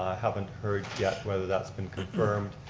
haven't heard yet whether that's been confirmed.